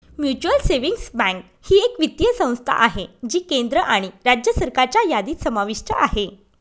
mutual savings bank ही एक वित्तीय संस्था आहे जी केंद्र आणि राज्य सरकारच्या यादीत समाविष्ट आहे